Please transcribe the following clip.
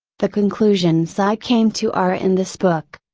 the conclusions i came to are in this book.